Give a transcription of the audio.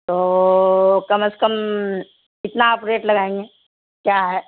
تو کم از کم کتنا آپ ریٹ لگائیں گے کیا ہے